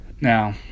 Now